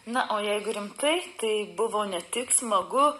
na o jeigu rimtai tai buvo ne tik smagu